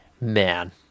man